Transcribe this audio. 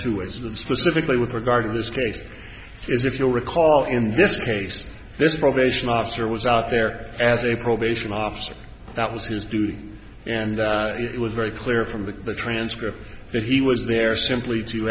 of specifically with regard to this case is if you'll recall in this case this provision officer was out there as a probation officer that was his duty and it was very clear from the transcript that he was there simply to